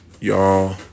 Y'all